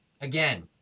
again